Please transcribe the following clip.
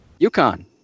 UConn